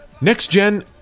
next-gen